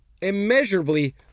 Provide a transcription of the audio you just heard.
Immeasurably